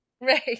Right